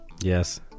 Yes